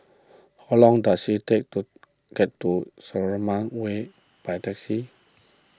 how long does it take to get to Way by taxi